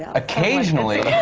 occasionally.